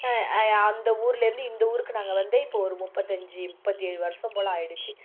அந்த ஊருலேருந்து இந்த ஊருக்கு நாங்கள் வந்து இப்போ ஒரு முப்பத்தஞ்சு முப்பத்தியேழு வருஷம் போல் ஆகிடுச்சு